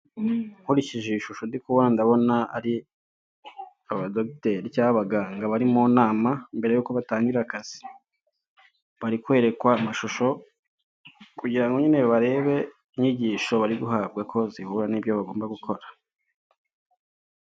Nkurikije ishusho ndikubona ndabona ari abadogiteri cyangwa abaganga bari mu nama mbere yuko batangira akazi, barikwerekwa amashusho kugirango nyine barebe inyigisho bari guhabwa ko zihura n'ibyo bagomba gukora.